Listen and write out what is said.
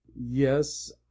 Yes